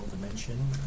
dimension